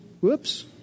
whoops